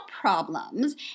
problems